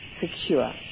secure